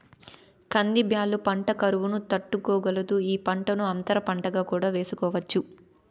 కంది బ్యాళ్ళ పంట కరువును తట్టుకోగలదు, ఈ పంటను అంతర పంటగా కూడా వేసుకోవచ్చు